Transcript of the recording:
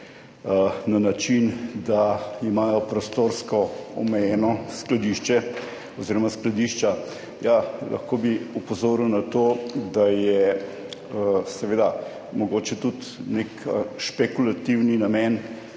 na način, da imajo prostorsko omejena skladišča. Ja, lahko bi opozoril na to, da je seveda mogoče tudi nek špekulativni namen,